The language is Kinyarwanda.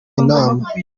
inama